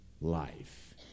life